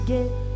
get